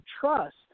trust